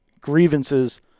grievances